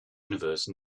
universe